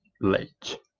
late